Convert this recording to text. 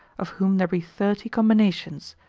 of whom there be thirty combinations,